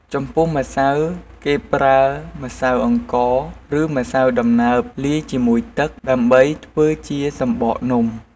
ចំពោះម្សៅ គេប្រើម្សៅអង្ករ ឬម្សៅដំណើបលាយជាមួយទឹក ដើម្បីធ្វើជាសំបកនំ។